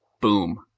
Boom